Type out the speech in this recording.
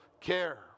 care